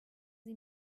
sie